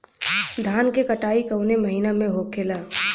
धान क कटाई कवने महीना में होखेला?